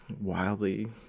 wildly